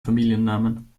familiennamen